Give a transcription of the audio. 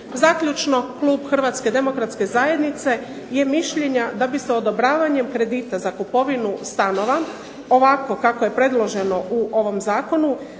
Zaključno, klub Hrvatske demokratske zajednice je mišljenja da bi se odobravanjem kredita za kupovinu stanova ovako kako je predloženo u ovom zakonu